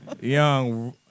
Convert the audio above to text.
Young